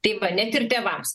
tai va net ir tėvams